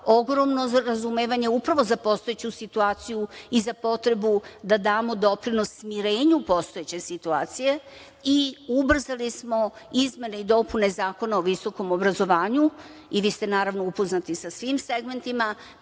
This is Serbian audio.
ogromno razumevanje upravo za postojeću situaciju i za potrebu da damo doprinos smirenju postojeće situacije i ubrzali smo izmene i dopune Zakona o visokom obrazovanju i vi ste, naravno, upoznati sa svim segmentima,